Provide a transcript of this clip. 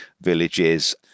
villages